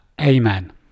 Amen